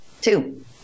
Two